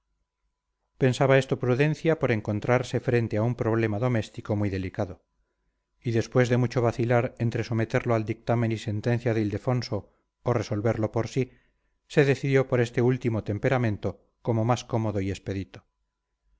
pensaba esto prudencia por encontrarse frente a un problema doméstico muy delicado y después de mucho vacilar entre someterlo al dictamen y sentencia de ildefonso o resolverlo por sí se decidió por este último temperamento como más cómodo y expedito